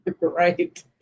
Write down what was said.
Right